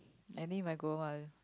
I need my Kumar